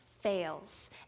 fails